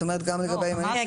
את אומרת גם לגבי -- כן,